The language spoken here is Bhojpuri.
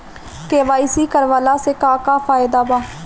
के.वाइ.सी करवला से का का फायदा बा?